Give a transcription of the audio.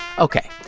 ok,